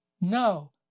no